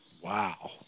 Wow